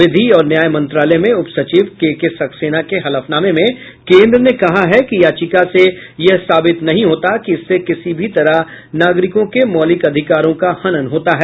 विधि और न्याय मंत्रालय में उपसचिव के के सक्सेना के हलफनामे में केन्द्र ने कहा है कि याचिका से यह साबित नहीं होता कि इससे किसी भी तरह नागरिकों के मौलिक अधिकारों का हनन होता है